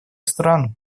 стран